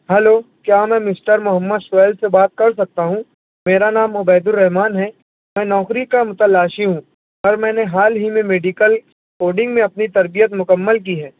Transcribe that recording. hello کیا میں Mr Mohammed Sohail سے بات کر سکتا ہوں میرا نام عبیدالرحمٰن ہے میں نوکری کا متلاشی ہوں اور میں نے حال ہی میں میڈیکل کوڈنگ میں اپنی تربیت مکمل کی ہے